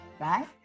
right